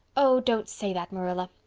oh, don't say that, marilla.